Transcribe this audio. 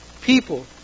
people